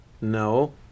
No